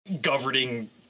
governing